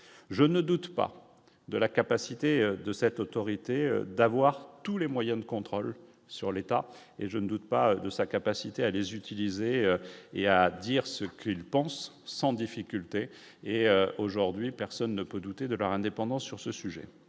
je ne doute pas de la capacité de cette autorité d'avoir tous les moyens de contrôle sur l'état et je ne doute pas de sa capacité à les utiliser et à dire ce qu'il pense sans difficulté et aujourd'hui personne ne peut douter de leur indépendance, sur ce sujet,